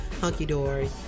hunky-dory